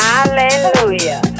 Hallelujah